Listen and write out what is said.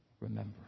Remember